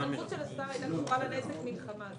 הסמכות של השר הייתה רק לגבי נזק מלחמה.